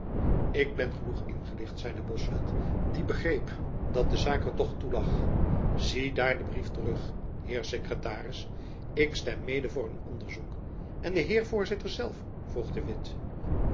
ik ben genoeg ingelicht zeide bosveldt die begreep dat de zaak er toch toe lag ziedaar den brief terug heer sekretaris ik stem mede voor een onderzoek en de heer voorzitter zelf vroeg de witt